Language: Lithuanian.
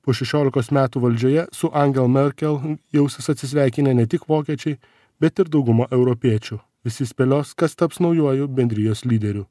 po šešiolikos metų valdžioje su angel merkel jausis atsisveikinę ne tik vokiečiai bet ir dauguma europiečių visi spėlios kas taps naujuoju bendrijos lyderiu